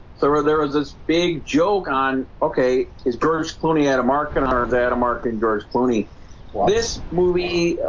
there ah there was this big joke on okay, his girls clooney had a mark and on our that a marketing george clooney this movie